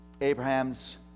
Abraham's